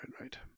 right